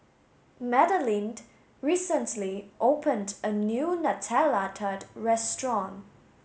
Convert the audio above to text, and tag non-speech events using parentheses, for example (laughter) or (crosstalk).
Madeleine (unintelligible) recently opened a new Nutella Tart restaurant